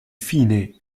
fine